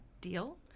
deal